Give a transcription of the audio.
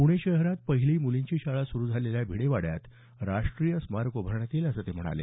प्णे शहरात पहिली मुलींची शाळा सुरु झालेल्या भिडे वाड्यात राष्ट्रीय स्मारक उभारण्यात येईल असं ते म्हणाले